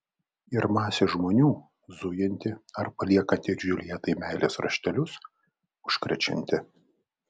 ir masė žmonių zujanti ar paliekanti džiuljetai meilės raštelius užkrečianti